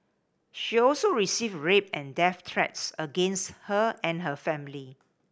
she also received rape and death threats against her and her family